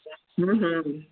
ہوں ہوں